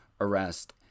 arrest